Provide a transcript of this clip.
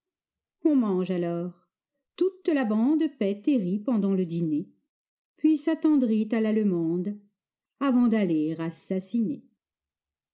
on mange alors toute la bande pète et rit pendant le dîner puis s'attendrit à l'allemande avant d'aller assassiner